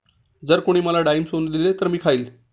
जर कोणी मला डाळिंब सोलून दिले तर मी खाईन